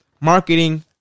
Marketing